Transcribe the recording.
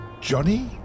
Johnny